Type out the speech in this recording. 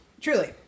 Truly